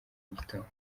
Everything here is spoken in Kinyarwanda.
mugitondo